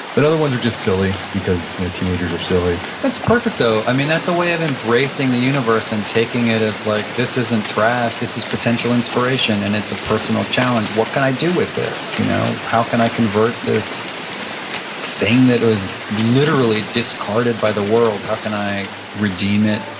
but other ones are just silly because you know teenagers are silly that's perfect though. that's a way of embracing the universe and taking it as like this isn't trash, this is potential inspiration and it's a personal challenge. what can i do with this? you know how can i convert this thing that it was literally discarded by the world? how can i redeem it?